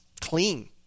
Clean